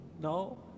No